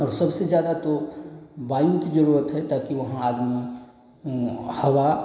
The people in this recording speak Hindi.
सबसे ज़्यादा तो वायु की ज़रूरत है ताकि वहाँ आदमी हवा